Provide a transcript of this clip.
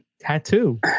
tattoo